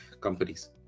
companies